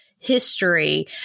history